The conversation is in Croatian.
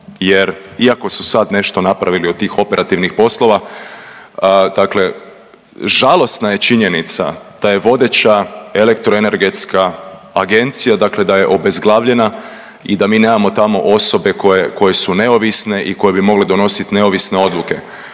jer iako su sad nešto napravili od tih operativnih poslova, dakle žalosna je činjenica da je vodeća elektroenergetska agencija dakle da je obezglavljena i da mi nemamo tamo osobe koje, koje su neovisne i koje bi mogle donositi neovisne odluke.